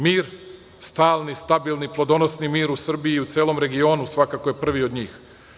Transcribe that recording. Mir, stalni, stabilni, plodonosni mir u Srbiji i u celom regionu svakako je prvi od njih.